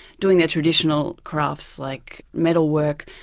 dong their traditional crafts, like metalwork,